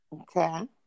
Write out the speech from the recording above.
Okay